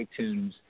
iTunes